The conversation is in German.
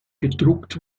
gedruckt